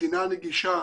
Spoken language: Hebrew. מדינה נגישה